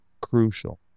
crucial